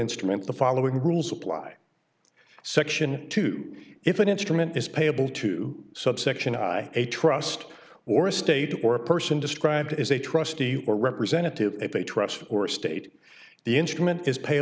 instrument the following rules apply section two if an instrument is payable to subsection a i a trust or estate or a person described as a trustee or representative of a trust or state the instrument is pay